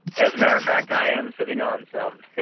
as a matter of fact, i am sitting on some